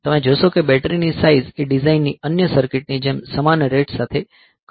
તમે જોશો કે બેટરીની સાઈઝ એ ડિઝાઇનની અન્ય સર્કિટરી ની જેમ સમાન રેટ સાથે ઘટતું નથી